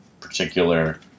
particular